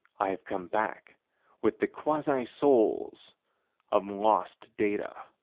i have come back with the quasi-souls of lost data.